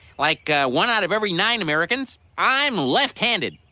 like one out of every nine americans, i'm left-handed.